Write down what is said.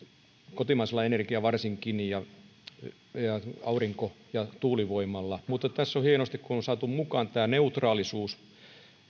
kotimaisella energialla varsinkin aurinko ja tuulivoimalla mutta tässä hienosti on saatu mukaan tämä neutraalisuus